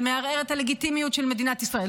ומערער את הלגיטימיות של מדינת ישראל.